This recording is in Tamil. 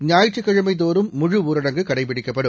ஞாயிற்றுக்கிழமைதோறும் முழுஊரடங்கு கடைப்பிடிக்கப்படும்